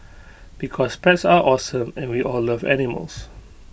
because pets are awesome and we all love animals